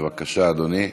בבקשה, אדוני.